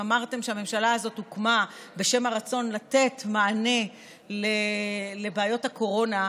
אם אמרתם שהממשלה הזאת הוקמה בשם הרצון לתת מענה לבעיות הקורונה,